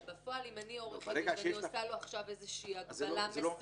בפועל אם אני עורכת דין ואני עושה לו הגבלה מסוימת,